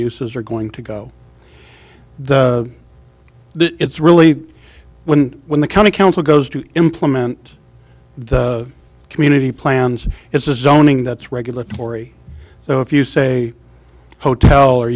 uses are going to go it's really when when the county council goes to implement the community plans it's the zoning that's regulatory so if you say hotel or